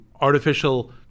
artificial